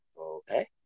Okay